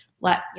let